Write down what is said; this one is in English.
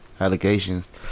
Allegations